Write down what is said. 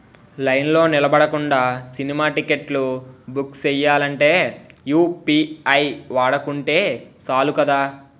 లైన్లో నిలబడకుండా సినిమా టిక్కెట్లు బుక్ సెయ్యాలంటే యూ.పి.ఐ వాడుకుంటే సాలు కదా